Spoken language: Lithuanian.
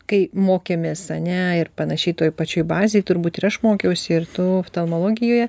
kai mokėmės ane ir panašiai toj pačioj bazėj turbūt ir aš mokiausi ir tu oftalmologijoje